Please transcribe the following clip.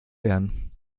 werden